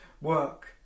work